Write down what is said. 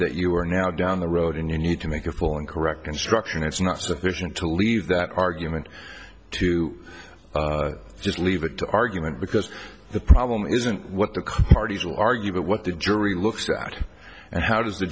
that you are now down the road and you need to make a full and correct instruction it's not sufficient to leave that argument to just leave it to argument because the problem isn't what the parties will argue but what the jury looks at and how does the